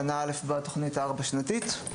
שנה א' בתכנית הארבע שנתית.